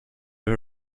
her